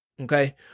Okay